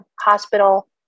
hospital